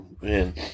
man